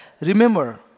remember